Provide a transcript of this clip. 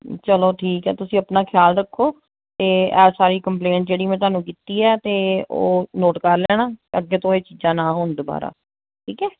ਚਲੋ ਠੀਕ ਹੈ ਤੁਸੀਂ ਆਪਣਾ ਖਿਆਲ ਰੱਖੋ ਅਤੇ ਇਹ ਸਾਰੀ ਕੰਪਲੇਂਟ ਜਿਹੜੀ ਮੈਂ ਤੁਹਾਨੂੰ ਕੀਤੀ ਹੈ ਅਤੇ ਉਹ ਨੋਟ ਕਰ ਲੈਣਾ ਅੱਗੇ ਤੋਂ ਇਹ ਚੀਜ਼ਾਂ ਨਾ ਹੋਣ ਦੁਬਾਰਾ ਠੀਕ ਹੈ